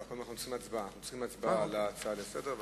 אבל קודם אנחנו צריכים לקיים הצבעה על ההצעה לסדר-היום.